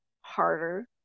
harder